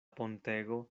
pontego